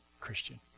Christian